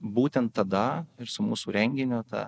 būtent tada ir su mūsų renginiu ta